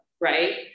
Right